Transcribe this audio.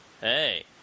Hey